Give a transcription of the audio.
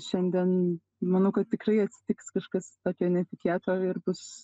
šiandien manau kad tikrai atsitiks kažkas tokio netikėto ir bus